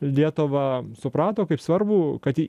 lietuvą suprato kaip svarbų kad